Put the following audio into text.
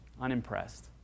unimpressed